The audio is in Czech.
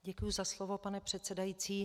Děkuji za slovo, pane předsedající.